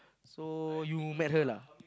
so you met her lah